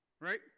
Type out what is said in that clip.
right